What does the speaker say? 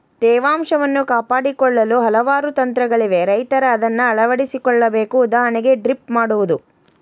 ತೇವಾಂಶವನ್ನು ಕಾಪಾಡಿಕೊಳ್ಳಲು ಹಲವಾರು ತಂತ್ರಗಳಿವೆ ರೈತರ ಅದನ್ನಾ ಅಳವಡಿಸಿ ಕೊಳ್ಳಬೇಕು ಉದಾಹರಣೆಗೆ ಡ್ರಿಪ್ ಮಾಡುವುದು